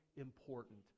important